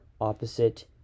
opposite